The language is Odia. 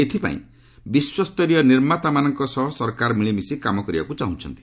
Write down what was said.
ଏଥିପାଇଁ ବିଶ୍ୱସ୍ତରୀୟ ନିର୍ମାତାମାନଙ୍କ ସହ ସରକାର ମିଳିମିଶି କାମ କରିବାକୁ ଚାହୁଁଛନ୍ତି